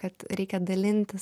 kad reikia dalintis